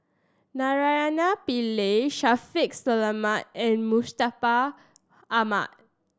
Naraina Pillai Shaffiq Selamat and Mustaq Ahmad